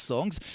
Songs